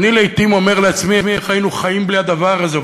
לעתים אני אומר לעצמי: איך היינו חיים בלי הדבר הזה?